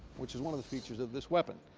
which is one of the features of this weapon.